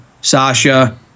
Sasha